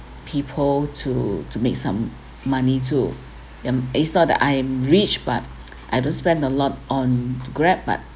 people to to make some money too um is not that I am rich but I don't spend a lot on Grab but